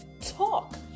Talk